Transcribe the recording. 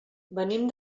venim